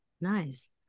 Nice